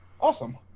awesome